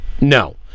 no